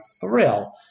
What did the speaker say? thrill